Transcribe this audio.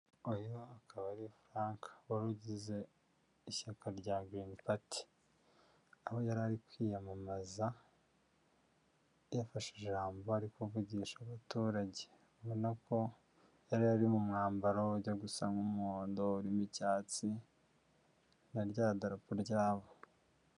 Uyu akaba ari Frank wari ugize ishyaka rya Green party, aho yarari kwiyamamaza yafashe ijambo ari kuvugisha abaturage, ubona ko yari ari mu mwambaro ujya gusa n'umuhondo urimo icyatsi, na rya darapo ryabo.